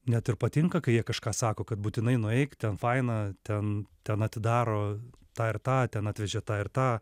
net ir patinka kai jie kažką sako kad būtinai nueik ten faina ten ten atidaro tą ir tą ten atvežė tą ir tą